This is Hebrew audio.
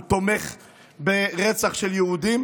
הוא תומך ברצח של יהודים.